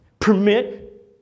Permit